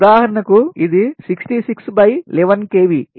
ఉదాహరణకు ఇది 66 by 11 kV